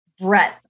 breadth